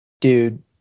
Dude